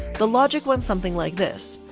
the logic went something like this,